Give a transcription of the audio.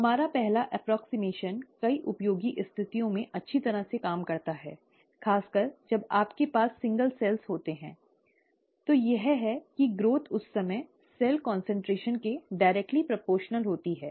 हमारा पहला सन्निकटन कई उपयोगी स्थितियों में अच्छी तरह से काम करता है खासकर जब आपके पास एकल कोशिकाएं होती हैं तो यह है कि विकास उस समय सेल कान्सन्ट्रेशन के सीधे आनुपातिक होता है